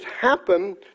happen